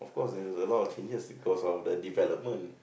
of course there was a lot of changes because of the development